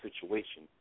situation